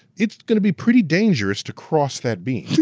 it's gonna be pretty dangerous to cross that beam.